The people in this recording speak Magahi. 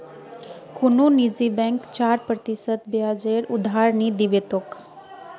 कुनु निजी बैंक चार प्रतिशत ब्याजेर उधार नि दीबे तोक